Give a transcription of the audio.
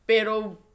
Pero